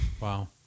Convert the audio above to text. Wow